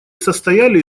состояли